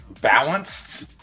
balanced